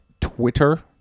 twitter